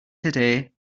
today